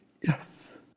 Yes